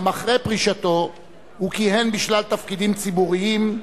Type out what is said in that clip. גם אחרי פרישתו הוא כיהן בשלל תפקידים ציבוריים,